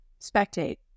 Spectate